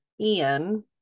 ian